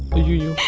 you.